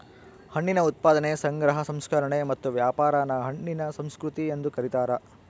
ಹಣ್ಣಿನ ಉತ್ಪಾದನೆ ಸಂಗ್ರಹ ಸಂಸ್ಕರಣೆ ಮತ್ತು ವ್ಯಾಪಾರಾನ ಹಣ್ಣಿನ ಸಂಸ್ಕೃತಿ ಎಂದು ಕರೀತಾರ